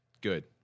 good